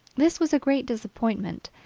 this was a great disappointment,